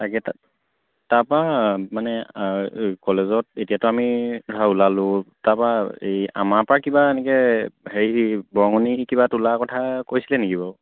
তাকে তাত তাৰপৰা মানে কলেজত এতিয়াতো আমি ধৰা ওলালোঁ তাৰপৰা এই আমাৰপৰা কিবা এনেকৈ হেৰি বৰঙনি কিবা তোলাৰ কথা কৈছিলে নেকি বাৰু